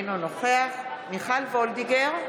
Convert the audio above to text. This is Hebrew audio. אינו נוכח מיכל וולדיגר,